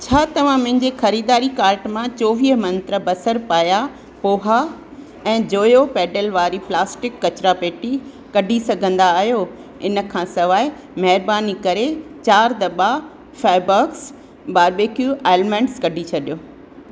छा तव्हां मुंहिंजे खरीदारी कार्ट मां चोवीअ मंत्रा बसर पाया पोहा कांदा पोहा ऐं जोयो पेडल वारी प्लास्टिक कचरोपेती कढी सघंदा आहियो इन खां सवाइ महिरबानी करे चारि दॿा फेबोक्स बारबेक्यू आलमंडस कढी छॾियो